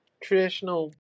traditional